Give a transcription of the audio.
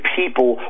people